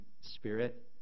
spirit